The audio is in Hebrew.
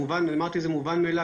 אמרתי שזה מובן מאליו,